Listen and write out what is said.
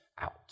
out